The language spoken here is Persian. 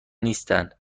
نیستن